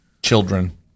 children